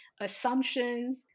assumption